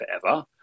forever